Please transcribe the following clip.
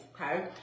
okay